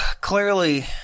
clearly